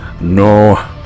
no